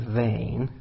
vain